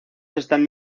están